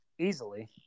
Easily